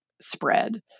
spread